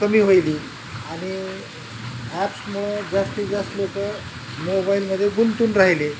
कमी होईली आणि ॲप्समुळं जास्तीत जास्त लोक मोबाईलमध्ये गुंतून राहिले